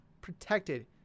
protected